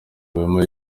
wema